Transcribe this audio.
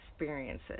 experiences